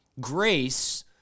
Grace